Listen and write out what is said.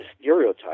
stereotype